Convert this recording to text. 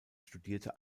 studierte